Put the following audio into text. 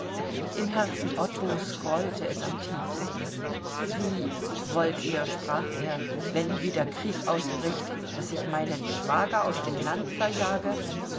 im herzen ottos grollte es am tiefsten wie wollt ihr sprach er wenn wieder krieg ausbricht daß ich meinen schwager aus dem land verjage